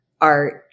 art